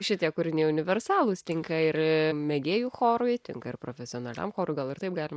šitie kūriniai universalūs tinka ir mėgėjų chorui tinka ir profesionaliam chorui gal ir taip galima